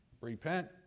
Repent